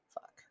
Fuck